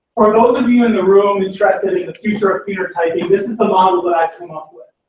for those of you in the room interested in the future of phenotyping, this is the model that i've come up with.